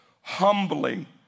humbly